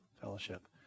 Fellowship